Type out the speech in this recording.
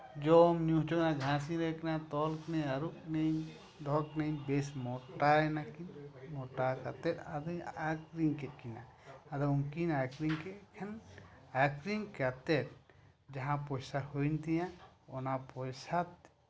ᱡᱚᱢᱼᱧᱩ ᱦᱚᱪᱚ ᱠᱤᱱᱟᱹᱧ ᱜᱷᱟᱸᱥᱤᱧ ᱤᱨᱟᱠᱤᱱᱟ ᱟᱹᱨᱩᱯ ᱠᱤᱱᱟᱹᱧ ᱫᱚᱦᱚ ᱠᱤᱱᱟᱹᱧ ᱵᱮᱥ ᱢᱚᱴᱟᱭᱱᱟᱠᱤᱱ ᱢᱚᱴᱟ ᱠᱟᱛᱮ ᱟᱫᱚᱧ ᱟᱹᱠᱷᱨᱤᱧ ᱠᱮᱫ ᱠᱤᱱᱟᱹ ᱟᱫᱚ ᱩᱱᱠᱤᱱ ᱟᱹᱠᱷᱨᱤᱧ ᱠᱮᱫ ᱠᱤᱱ ᱠᱷᱟᱱ ᱟᱹᱠᱷᱨᱤᱧ ᱠᱟᱛᱮ ᱡᱟᱦᱟᱸ ᱯᱚᱭᱥᱟ ᱦᱩᱭᱮᱱ ᱛᱤᱧᱟᱹ ᱚᱱᱟ ᱯᱚᱭᱥᱟ